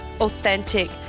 authentic